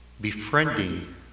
befriending